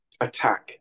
attack